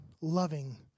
loving